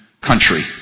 country